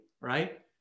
Right